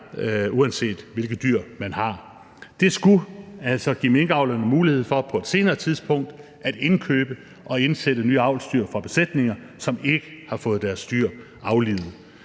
uanset hvilke dyr man har. Det skulle altså give minkavlerne mulighed for på et senere tidspunkt at indkøbe og indsætte nye avlsdyr fra besætninger, som ikke har fået deres dyr aflivet.